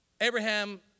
Abraham